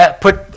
put